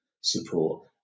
support